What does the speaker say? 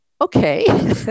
okay